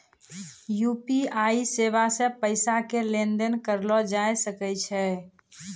UPI सेबा से पैसा के लेन देन करलो जाय सकै छै